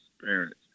parents